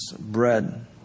bread